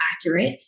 accurate